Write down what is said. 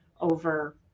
over